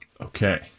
Okay